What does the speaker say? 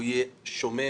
הוא יהיה שומם,